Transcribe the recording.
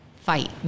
fight